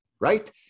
Right